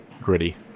Gritty